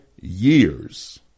years